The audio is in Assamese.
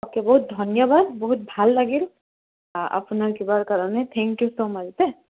অ'কে বহুত ধন্যবাদ বহুত ভাল লাগিল আপোনাৰ কিবাৰ কাৰণে থেংক ইউ ছ' মাছ দেই